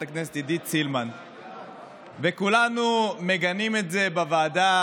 עידית סילמן התחילה גם היא בבית היהודי,